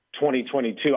2022